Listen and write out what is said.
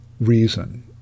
reason